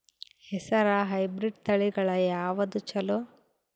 ಹೆಸರ ಹೈಬ್ರಿಡ್ ತಳಿಗಳ ಯಾವದು ಚಲೋ?